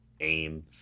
aim